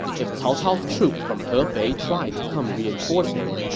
if cao cao's troops from hefei try to come reinforce him,